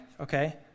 Okay